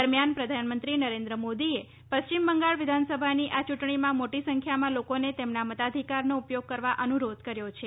દરમિયાન પ્રધાનમંત્રી નરેન્દ્ર મોદીએ પશ્ચિમ બંગાળ વિધાનસભાની આ યૂંટણીમાં મોટી સંખ્યામાં લોકોને તેમના મતાધિકારનો ઉપયોગ કરવા અનુરોધ કર્યો છે